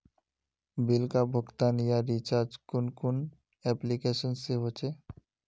Bill का भुगतान या रिचार्ज कुन कुन एप्लिकेशन से होचे?